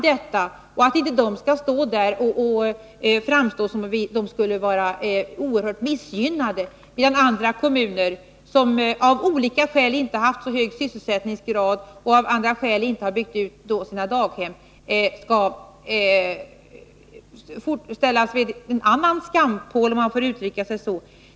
Dessa kommuner skall inte framstå som oerhört missgynnade, medan andra kommuner som av olika skäl,t.ex. lägre sysselsättningsgrad, inte har byggt ut sina daghem ställs vid — om jag får uttrycka mig så — en annan skampåle.